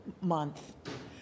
month